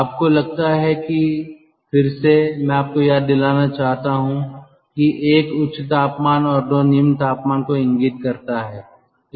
आपको लगता है कि फिर से मैं आपको याद दिलाना चाहता हूं कि 1 उच्च तापमान और 2 निम्न तापमान को इंगित करता है